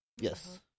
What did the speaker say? Yes